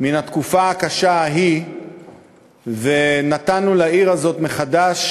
מן התקופה הקשה ההיא ונתנו לעיר הזאת מחדש